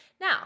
Now